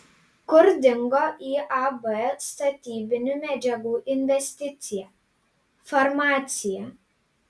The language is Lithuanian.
kur dingo iab statybinių medžiagų investicija farmacija